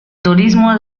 turismo